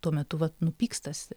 tuo metu vat nu pykstasi